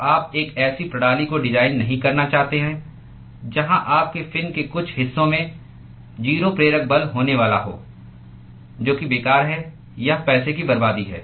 तो आप एक ऐसी प्रणाली को डिज़ाइन नहीं करना चाहते हैं जहाँ आपके फिन के कुछ हिस्सों में 0 प्रेरक बल होने वाला हो जो कि बेकार है यह पैसे की बर्बादी है